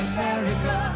America